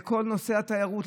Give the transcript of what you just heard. לכל נושא התיירות,